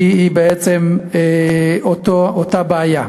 כי זו בעצם אותה בעיה.